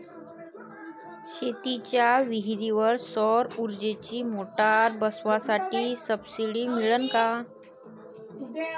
शेतीच्या विहीरीवर सौर ऊर्जेची मोटार बसवासाठी सबसीडी मिळन का?